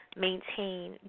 maintain